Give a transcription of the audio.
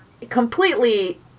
completely